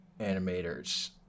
animators